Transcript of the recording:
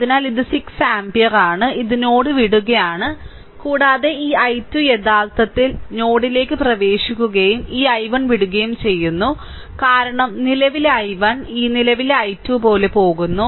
അതിനാൽ ഇത് 6 ആമ്പിയർ ആണ് ഇത് നോഡ് വിടുകയാണ് കൂടാതെ ഈ I2 യഥാർത്ഥത്തിൽ നോഡിലേക്ക് പ്രവേശിക്കുകയും ഈ I1 വിടുകയും ചെയ്യുന്നു കാരണം നിലവിലെ I1 ഈ നിലവിലെ I2 പോലെ പോകുന്നു